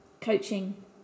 coaching